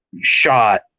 shot